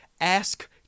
Ask